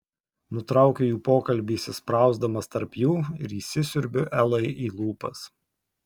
nutraukiu jų pokalbį įsisprausdamas tarp jų ir įsisiurbiu elai į lūpas